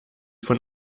von